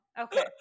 Okay